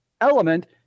element